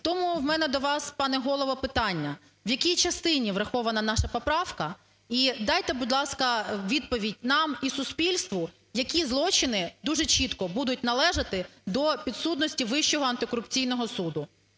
тому у мене до вас, пане Голово, питання. В якій частині врахована наша поправка? І дайте, будь ласка, відповідь нам і суспільству, які злочини дуже чітко будуть належати до підсудності Вищого антикорупційного суду.